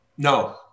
No